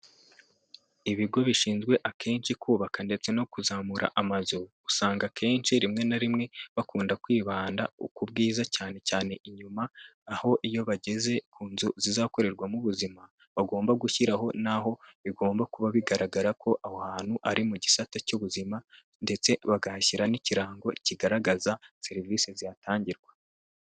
Ibigo bishinzwe akenshi kubaka ndetse no kuzamura amazu, usanga akenshi rimwe na rimwe, bakunda kwibanda ku bwiza, cyane cyane inyuma ,aho iyo bageze ku nzu zizakorerwamo ubuzima, bagomba gushyiraho n'aho bigomba kuba bigaragara ko aho hantu ari mu gisate cy'ubuzima ndetse bakahashyira n'ikirango kigaragaza serivise zihatangirwa.